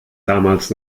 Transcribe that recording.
damals